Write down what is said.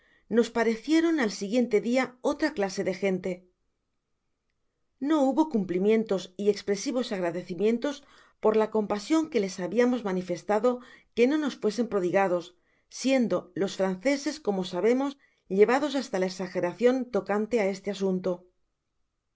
nos parecieron al siguiente dia otra clase de gente no hubo cumplimientos y espresivos agradecimientos por la compasion que les habiamos manifestado que no nos fuesen prodigados siendo los franceses como sabemos llevados hasta la exageracion tocante á este asunto